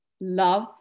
love